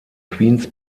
queen’s